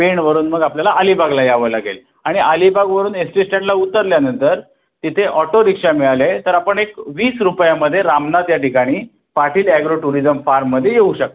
पेणवरून मग आपल्याला अलीबागला यावं लागेल आणि अलीबागवरून एस टी स्टँडला उतरल्यानंतर तिथे ऑटो रिक्षा मिळाले तर आपण एक वीस रुपयामध्ये रामनाथ या ठिकाणी पाटील ॲग्रो टुरिझम फार्ममध्ये येऊ शकता